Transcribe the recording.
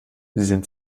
sind